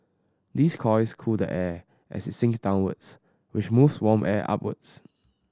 these coils cool the air as it sinks downwards which moves warm air upwards